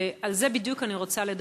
ועל זה בדיוק אני רוצה לדבר.